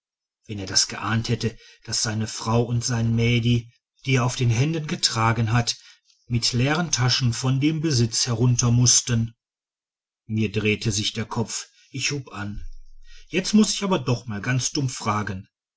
wenn er das geahnt hätte daß seine frau und sein mädi die er auf den händen getragen hat mit leeren taschen von dem besitz herunter mußten mir drehte sich der kopf ich hub an jetzt muß ich aber doch mal ganz dumm fragen